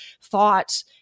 thought